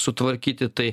sutvarkyti tai